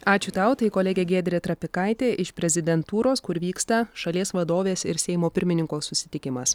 ačiū tau tai kolegė giedrė trapikaitė iš prezidentūros kur vyksta šalies vadovės ir seimo pirmininko susitikimas